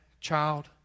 child